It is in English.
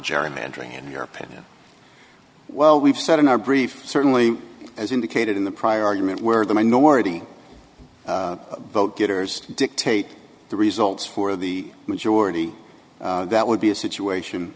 gerrymandering in your opinion well we've said in our brief certainly as indicated in the prior argument where the minority vote getters dictate the results for the majority that would be a situation